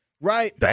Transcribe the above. Right